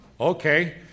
Okay